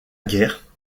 guerre